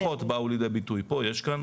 הינה.